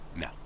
No